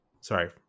sorry